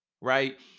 right